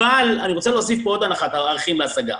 אבל אני רוצה להוסיף פה עוד ערכים להשגה.